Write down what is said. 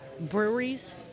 Breweries